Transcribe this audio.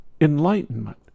enlightenment